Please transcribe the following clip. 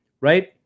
right